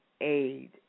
aid